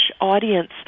audience